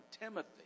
Timothy